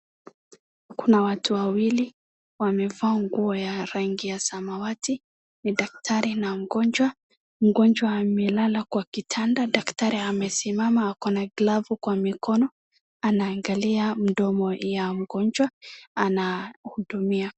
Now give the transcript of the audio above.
Kuna watu wawili wamevaa nguo ya rangi ya samawati ni daktari na mgonjwa, mgonjwa amelala kwa kitanda daktari amesimama akona glavu kwa mikono anaangalia mdomo ya mgonjwa anahudumia .